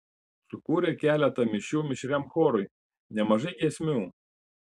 sukūrė keletą mišių mišriam chorui nemažai giesmių